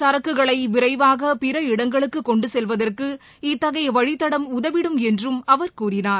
சரக்குகளை விரைவாக பிற இடங்களுக்கு கொண்டு செல்வதற்கு இத்தகைய வழித்தடம் உதவிடும் என்றும் அவர் கூறினார்